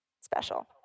special